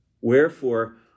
Wherefore